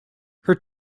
her